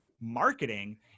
marketing